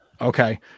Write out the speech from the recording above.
Okay